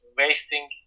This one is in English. wasting